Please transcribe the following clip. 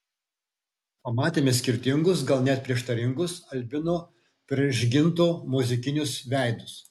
pamatėme skirtingus gal net prieštaringus albino prižginto muzikinius veidus